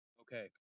Okay